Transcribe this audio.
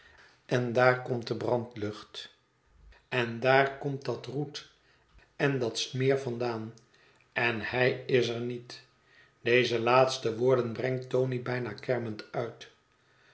en daar komt de brandlucht en daar komt dat roet en dat mm het verlaten huis smeer vandaan en hij is er niet deze laatste woorden brengt tony bijna kermend uit